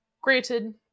granted